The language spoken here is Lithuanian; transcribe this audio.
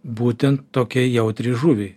būtent tokiai jautriai žuviai